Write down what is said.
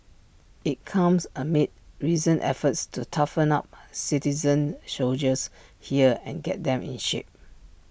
IT comes amid recent efforts to toughen up citizen soldiers here and get them in shape